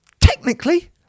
technically